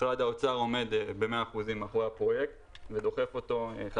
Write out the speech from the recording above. משרד האוצר עומד במאה אחוז מאחורי הפרויקט ודוחף אותו.